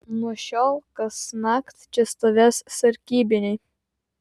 nuo šiol kasnakt čia stovės sargybiniai